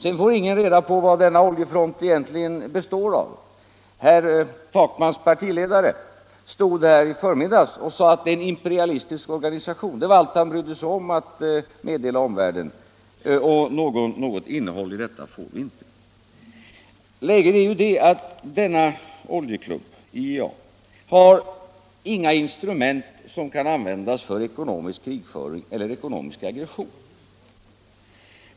Sedan får ingen reda på vad denna oljefront egentligen består av. Herr Takmans partiledare stod här i förmiddags och sade att den är en imperialistisk organisation. Det var allt han brydde sig om att meddela omvärlden. Någon förklaring av innehållet får vi inte. Läget är ju det att denna oljeklubb, IEA, inte har några instrument som kan användas för ekonomisk krigföring eller ekonomisk aggression.